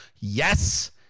Yes